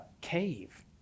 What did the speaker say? cave